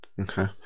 Okay